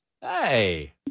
Hey